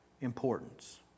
importance